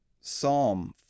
psalm